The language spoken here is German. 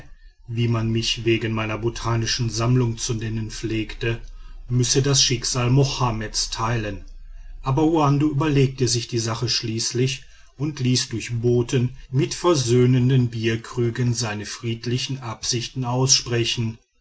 wie man mich wegen meiner botanischen sammlungen zu nennen pflegte müsse das schicksal mohammeds teilen aber uando überlegte sich die sache schließlich und ließ durch boten mit versöhnenden bierkrügen seine friedlichen absichten aussprechen